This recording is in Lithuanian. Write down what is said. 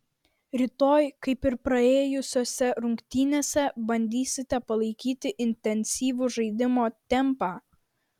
rytoj kaip ir praėjusiose rungtynėse bandysite palaikyti intensyvų žaidimo tempą